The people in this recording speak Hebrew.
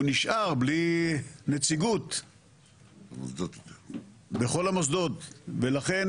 הוא נשאר בלי נציגות בכל המוסדות ולכן